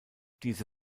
diese